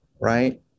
right